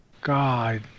God